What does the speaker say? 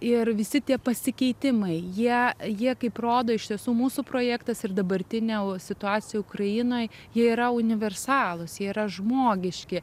ir visi tie pasikeitimai jie jie kaip rodo iš tiesų mūsų projektas ir dabartinė situacija ukrainoj jie yra universalūs jie yra žmogiški